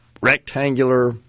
rectangular